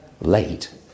late